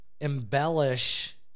embellish